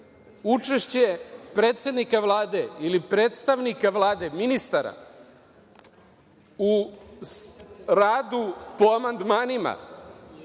Učešće predsednika Vlade, ili predstavnika Vlade, ministara u radu po amandmanima